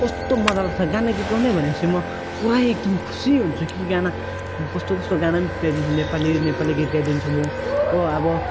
कस्तो मजा लाग्छ गाना गीत गाउने भनेपछि म पुरै एकदम खुसी हुन्छु कि गाना म कस्तो कस्तो गाना पनि गीत गाइदिन्छु नेपाली नेपाली गीत गाइदिन्छु म हो अब